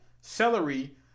celery